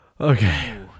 Okay